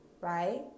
Right